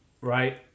right